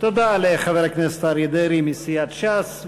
תודה לחבר הכנסת אריה דרעי מסיעת ש"ס.